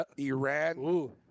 Iran